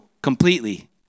completely